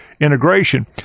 integration